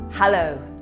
Hello